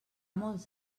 molts